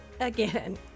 again